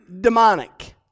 demonic